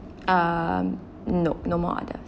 um nope no more other